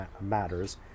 matters